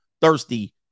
thirsty